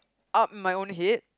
up my own hit